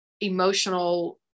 emotional